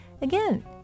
again